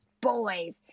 boys